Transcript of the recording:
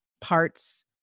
parts